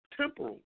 temporal